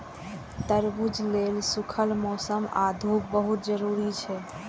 तरबूज लेल सूखल मौसम आ धूप बहुत जरूरी छै